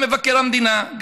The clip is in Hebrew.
גם מבקר המדינה,